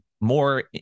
more